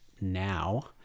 Now